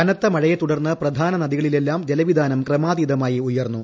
കനത്ത മഴയെ തുടർന്ന് പ്രധാന നദികളിലെല്ലാം ജലവിതാനം ക്രമാതീതമായി ഉയർന്നു